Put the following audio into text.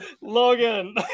Logan